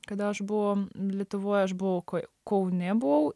kada aš buvau lietuvoj aš buvau kaune buvau